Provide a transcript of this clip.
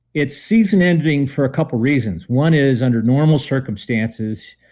it's season-ending for a couple reasons. one is under normal circumstances,